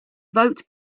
vote